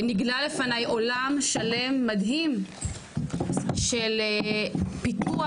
נגלה לפניי עולם שלם מדהים של פיתוח,